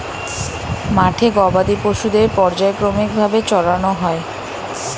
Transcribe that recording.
মাঠে গবাদি পশুদের পর্যায়ক্রমিক ভাবে চরানো হয়